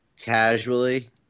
Casually